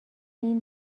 این